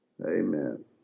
Amen